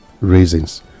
reasons